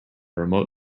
remote